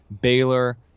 Baylor